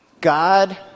God